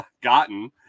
gotten